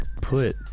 put